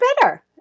better